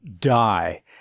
die